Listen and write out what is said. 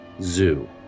Zoo